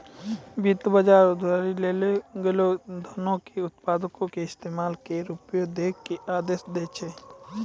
वित्त बजार उधारी लेलो गेलो धनो के उत्पादको के इस्तेमाल के रुपो मे दै के आदेश दै छै